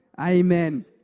amen